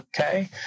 okay